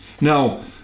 Now